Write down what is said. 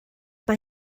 mae